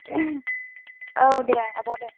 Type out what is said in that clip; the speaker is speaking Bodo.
औ दे आब' दे